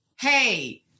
hey